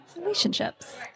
relationships